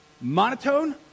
monotone